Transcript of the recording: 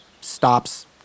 stops